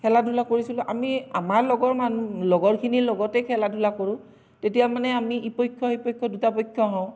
খেলা ধূলা কৰিছিলোঁ আমি আমাৰ লগৰ মানু লগৰখিনিৰ লগতেই খেলা ধূলা কৰোঁ তেতিয়া মানে আমি ইপক্ষ সিপক্ষ দুটা পক্ষ হওঁ